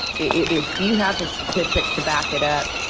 if you have the statistics to back it up,